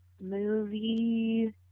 movie